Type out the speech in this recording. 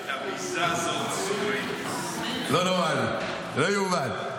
את הביזה הזאת --- לא נורמלי, לא ייאמן.